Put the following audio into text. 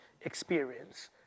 experience